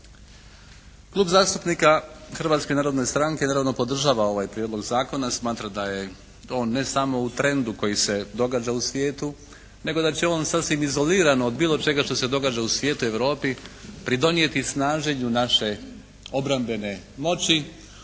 Klub zastupnika Hrvatske narodne stranke naravno podržava ovaj prijedlog zakona. Smatra da je on ne samo u trendu koji se događa u svijetu nego da će on sasvim izolirano od bilo čega što se događa u svijetu i u Europi pridonijeti snaženju naše obrambene moći,